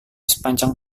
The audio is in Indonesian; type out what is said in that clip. sepanjang